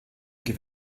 give